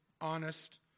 Honest